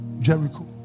Jericho